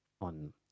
on